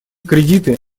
кредиты